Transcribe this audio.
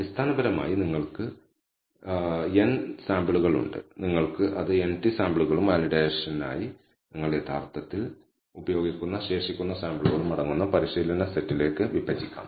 അടിസ്ഥാനപരമായി നമ്മൾക്ക് n സാമ്പിളുകൾ ഉണ്ട് നിങ്ങൾക്ക് അത് n t സാമ്പിളുകളും വാലിഡേഷൻത്തിനായി നിങ്ങൾ യഥാർത്ഥത്തിൽ ഉപയോഗിക്കുന്ന ശേഷിക്കുന്ന സാമ്പിളുകളും അടങ്ങുന്ന പരിശീലന സെറ്റിലേക്ക് വിഭജിക്കാം